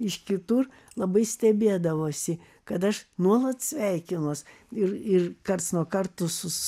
iš kitur labai stebėdavosi kad aš nuolat sveikinuos ir ir karts nuo kartu sus